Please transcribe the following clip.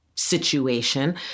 situation